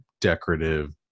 decorative